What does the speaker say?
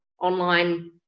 online